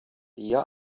der